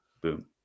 boom